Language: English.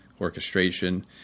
orchestration